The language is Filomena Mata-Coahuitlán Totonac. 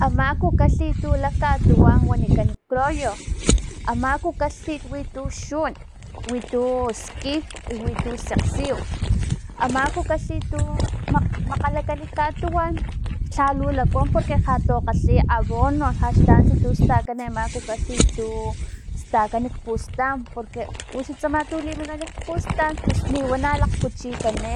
Ama kukalhit tu la katunu wanikan crioyo ama kukalhit witu xun witu skij witu sakgsiw ama kukalhit tu makgalakan katuwan lhalu lakuan porque lhalu kgalhi abono lhaxtanunts tu stakan ama kukalhit tu stakan kpustan porque uxa tsama tu liminkan kpustan pus liwana lakgkuchikani